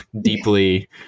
deeply